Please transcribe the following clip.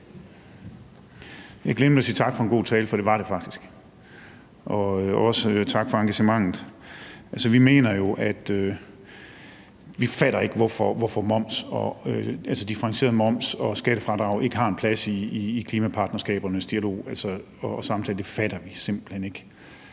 Jeg glemte at sige tak for en god tale, for det var den faktisk, og også tak for engagementet. Vi fatter ikke, hvorfor differentieret moms og skattefradrag ikke har en plads i klimapartnerskabernes dialog. Det fatter vi simpelt hen ikke.